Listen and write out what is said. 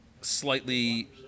slightly